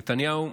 נתניהו,